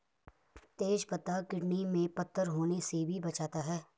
तेज पत्ता किडनी में पत्थर होने से भी बचाता है